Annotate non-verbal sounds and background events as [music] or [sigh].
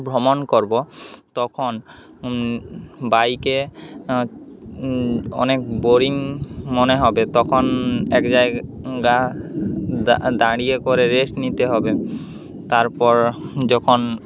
ভ্রমণ করবো তখন বাইকে অনেক বোরিং মনে হবে তখন এক [unintelligible] দাঁড়িয়ে করে রেস্ট নিতে হবে তারপর যখন